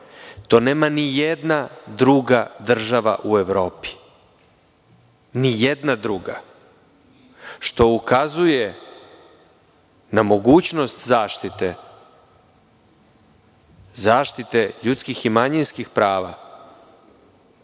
To nema ni jedna druga država u Evropi. Ni jedna druga. Što ukazuje na mogućnost zaštite, zaštite ljudskih i manjinskih prava